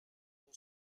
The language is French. pour